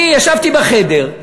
אני ישבתי בחדר,